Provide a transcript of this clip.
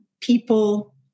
people